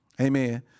Amen